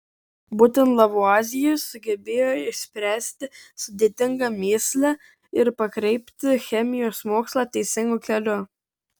būtent lavuazjė sugebėjo išspręsti sudėtingą mįslę ir pakreipti chemijos mokslą teisingu keliu